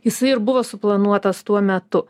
jisai ir buvo suplanuotas tuo metu